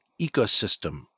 ecosystem